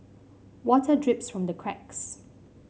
water drips from the cracks